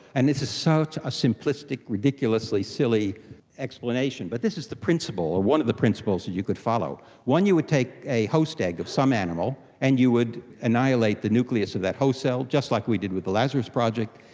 and this is such a simplistic, ridiculously silly explanation, but this is the principle or one of the principles that you could follow. one, you would take a host egg of some animal and you would annihilate the nucleus of that host cell, just like we did with the lazarus project,